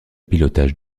pilotage